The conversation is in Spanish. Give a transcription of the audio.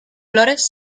flores